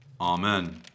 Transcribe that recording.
Amen